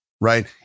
right